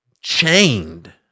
chained